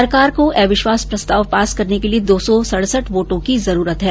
सरकार को अविश्वास प्रस्ताव पास करने के लिये दो सौ सडसठ वोटों की जरूरत है